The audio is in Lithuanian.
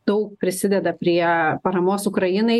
daug prisideda prie paramos ukrainai